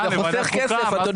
זה חוסך כסף.